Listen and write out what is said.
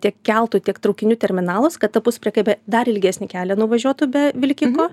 tiek keltų tiek traukinių terminalus kad ta puspriekabė dar ilgesnį kelią nuvažiuotų be vilkiko